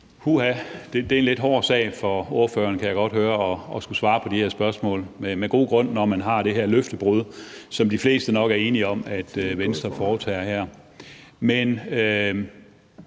det er en lidt hård sag for ordføreren, kan jeg godt høre, at skulle svare på de her spørgsmål – med god grund, når man har det her løftebrud, som de fleste nok er enige om at Venstre begår her.